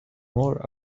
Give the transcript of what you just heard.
more